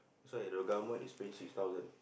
so the government is paying six thousand